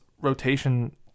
rotation